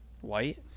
White